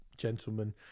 gentlemen